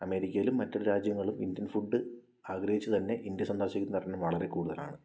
അമേരിക്കയിലും മറ്റുള്ള രാജ്യങ്ങളും ഇന്ത്യൻ ഫുഡ് ആഗ്രഹിച്ചു തന്നെ ഇന്ത്യ സന്ദർശിക്കുന്നവരുടെ എണ്ണം വളരെ കൂടുതലാണ്